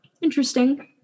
interesting